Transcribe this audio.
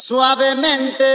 Suavemente